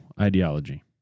Ideology